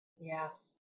Yes